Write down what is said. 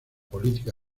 política